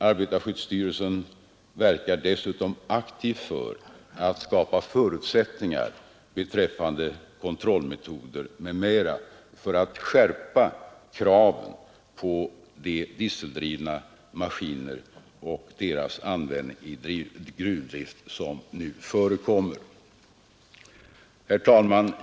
Arbetarskyddsstyrelsen verkar dessutom aktivt för att skapa förutsättningar beträffande kontrollmetoder m.m. för att skärpa kraven på dieseldrivna maskiner och deras användning i gruvdrift som nu förekommer. Herr talman!